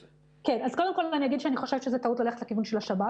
אז קודם כל אני אגיד שאני חושבת שזה טעות ללכת לכיוון של השב"כ.